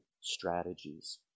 strategies